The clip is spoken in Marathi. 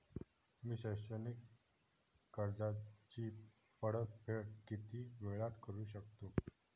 मी शैक्षणिक कर्जाची परतफेड किती वेळात करू शकतो